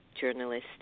journalist